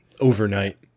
Overnight